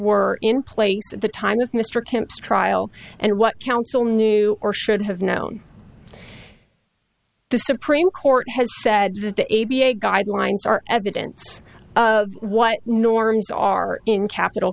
were in place at the time of mr kemp's trial and what counsel knew or should have known the supreme court has said that the a b a guidelines are evidence of what norms are in capital